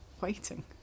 Waiting